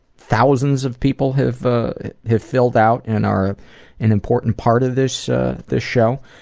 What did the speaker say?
thousands of people have have filled out and are an important part of this ah this show.